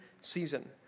season